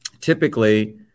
typically